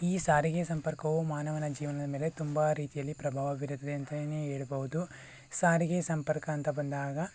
ಈ ಸಾರಿಗೆ ಸಂಪರ್ಕವು ಮಾನವನ ಜೀವನದ ಮೇಲೆ ತುಂಬ ರೀತಿಯಲ್ಲಿ ಪ್ರಭಾವ ಬೀರುತ್ತದೆ ಅಂತಲೇ ಹೇಳ್ಬಹುದು ಸಾರಿಗೆ ಸಂಪರ್ಕ ಅಂತ ಬಂದಾಗ